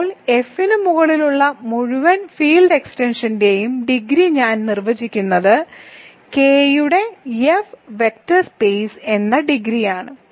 ഇപ്പോൾ F നു മുകളിലുള്ള മുഴുവൻ ഫീൽഡ് എക്സ്റ്റൻഷന്റെയും ഡിഗ്രി ഞാൻ നിർവചിക്കുന്നത് K യുടെ F വെക്റ്റർ സ്പേസ് എന്ന ഡിഗ്രി ആണ്